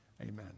Amen